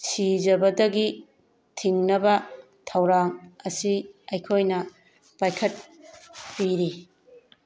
ꯁꯤꯖꯕꯗꯒꯤ ꯊꯤꯡꯅꯕ ꯊꯧꯔꯥꯡ ꯑꯁꯤ ꯑꯩꯈꯣꯏꯅ ꯄꯥꯏꯈꯠꯄꯤꯔꯤ